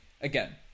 again